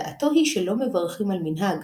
דעתו היא שלא מברכים על מנהג,